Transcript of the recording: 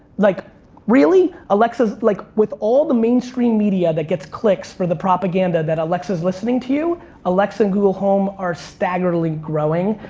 like really? alexa, like with all the mainstream media that gets clicks for the propaganda that alexa is listening to, alexa and google home are staggeringly growing.